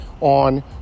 on